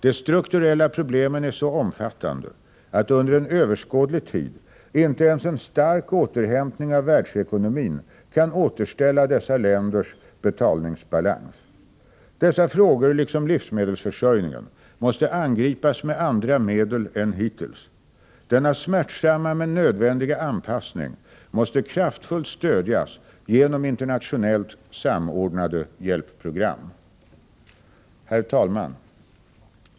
De strukturella problemen är så omfattande att, under en överskådlig tid, inte ens en stark återhämtning av världsekonomin kan återställa dessa länders betalningsbalans. Dessa frågor liksom livsmedelsförsörjningen måste angripas med andra medel än hittills. Denna smärtsamma men nödvändiga anpassning måste kraftfullt stödjas genom internationellt samordnade hjälpprogram. Herr talman!